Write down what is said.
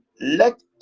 let